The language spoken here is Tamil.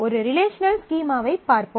ஒரு ரிலேஷனல் ஸ்கீமாவைப் பார்ப்போம்